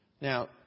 Now